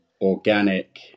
organic